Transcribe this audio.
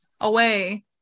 away